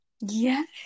Yes